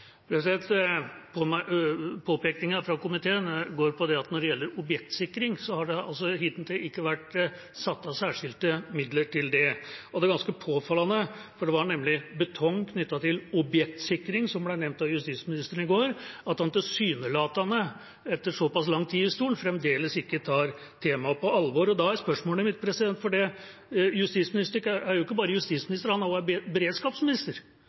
fra komiteen går på at når det gjelder objektsikring, har det hittil ikke vært satt av særskilte midler til det. Og det er ganske påfallende – for det var nemlig betong knyttet til objektsikring som ble nevnt av justisministeren i går – at han tilsynelatende, etter såpass lang tid i stolen, fremdeles ikke tar temaet på alvor. Da er spørsmålet mitt, for justisministeren er jo ikke bare justisminister, han er også beredskapsminister